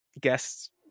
guests